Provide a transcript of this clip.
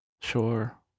Sure